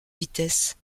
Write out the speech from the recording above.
vitesse